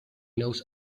knows